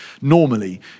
normally